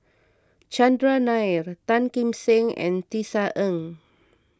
Chandran Nair Tan Kim Seng and Tisa Ng